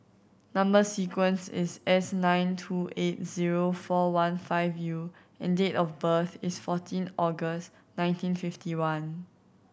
number sequence is S nine two eight zero four one five U and date of birth is fourteen August nineteen fifty one